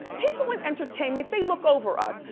people in entertainment, they look over us.